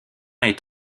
est